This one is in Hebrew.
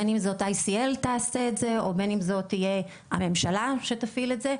בין אם זאת ICL תעשה את זה או בין אם זאת תהיה הממשלה שתפעיל את זה,